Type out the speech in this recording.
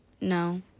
No